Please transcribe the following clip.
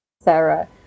Sarah